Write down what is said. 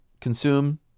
consume